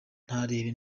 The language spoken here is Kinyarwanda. ntareba